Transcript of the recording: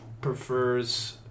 prefers